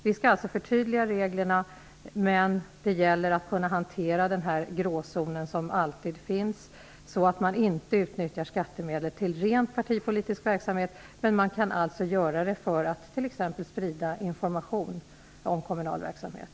Vi skall alltså förtydliga reglerna, men det gäller att kunna hantera denna gråzon som alltid finns, så att man inte utnyttjar skattemedel till ren partipolitisk verksamhet. Men man kan utnyttja skattemedel för att sprida information om kommunal verksamhet.